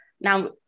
Now